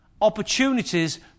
opportunities